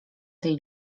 tej